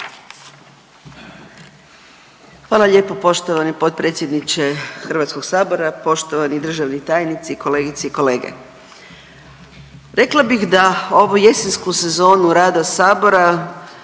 Hvala lijepo poštovani potpredsjedniče HS-a, poštovani državni tajnici, kolegice i kolege. Rekla bih da ovu jesensku sezonu rada Sabora